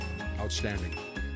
outstanding